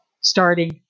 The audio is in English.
starting